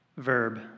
Verb